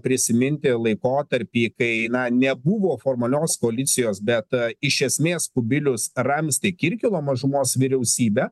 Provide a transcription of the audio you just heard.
prisiminti laikotarpį kai na nebuvo formalios koalicijos bet iš esmės kubilius ramstė kirkilo mažumos vyriausybę